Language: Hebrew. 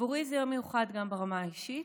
בעבורי זה יום מיוחד גם ברמה האישית,